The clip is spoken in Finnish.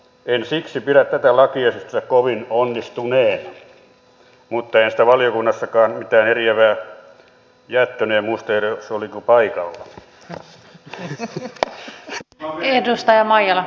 en siksi pidä tätä lakiesitystä kovin onnistuneena mutta en siitä valiokunnassakaan mitään eriävää jättänyt en muista edes olinko paikalla